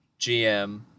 GM